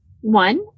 one